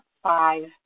Five